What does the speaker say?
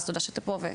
אז תודה שאתה פה.